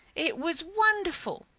it was wonderful!